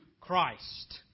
Christ